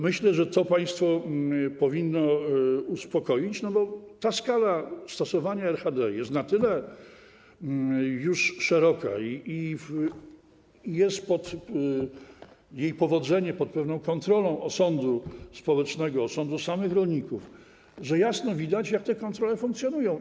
Myślę, że to państwa powinno uspokoić, bo ta skala stosowania RHD jest już na tyle szeroka i jej powodzenie jest pod pewną kontrolą osądu społecznego, osądu samych rolników, że jasno widać, jak te kontrole funkcjonują.